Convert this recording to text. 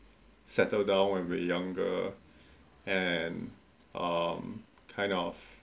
settle down when we younger and hmm kind of